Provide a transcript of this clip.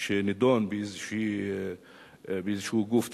שנדון באיזשהו גוף ציבורי,